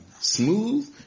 Smooth